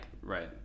right